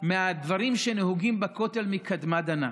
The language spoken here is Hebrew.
מהדברים שנהוגים בכותל מקדמת דנא,